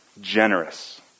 generous